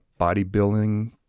bodybuilding